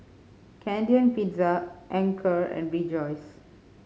Canadian Pizza Anchor and Rejoice